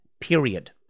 period